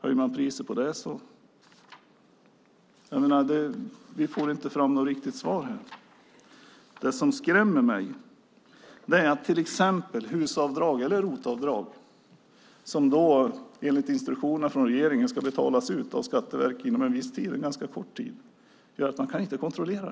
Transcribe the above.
om man höjer priset på det. Jag menar att vi inte får fram något riktigt svar här. Det som skrämmer mig är att till exempel HUS-avdrag eller ROT-avdrag, som enligt instruktionerna från regeringen ska betalas ut av Skatteverket efter en ganska kort tid, kan de inte kontrollera.